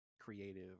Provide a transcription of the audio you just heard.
creative